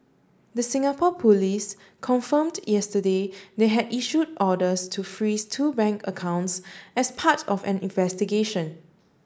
the Singapore police confirmed yesterday they had issued orders to freeze two bank accounts as part of an investigation